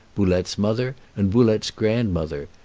boulette's mother, and boulette's grandmother.